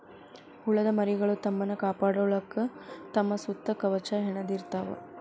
ಹುಳದ ಮರಿಗಳು ತಮ್ಮನ್ನ ಕಾಪಾಡಕೊಳಾಕ ತಮ್ಮ ಸುತ್ತ ಕವಚಾ ಹೆಣದಿರತಾವ